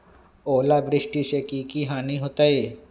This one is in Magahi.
ओलावृष्टि से की की हानि होतै?